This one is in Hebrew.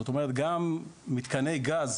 זאת אומרת, גם מתקני גז